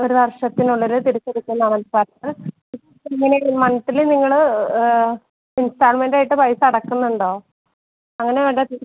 ഒരു വർഷത്തിനുള്ളിൽ തിരിച്ചെടുക്കാനായിട്ട് ഇങ്ങനെ നിങ്ങൾ മന്ത്ലി നിങ്ങൾ ഇൻസ്റ്റാൾമെൻറ്റായിട്ട് പൈസ അടയ്ക്കുന്നുണ്ടോ അങ്ങനെ അട